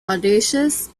audacious